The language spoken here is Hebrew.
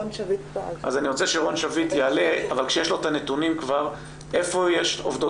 אני רוצה שרון שביט יעלה כשיש לו את הנתונים איפה יש עובדות